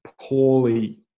poorly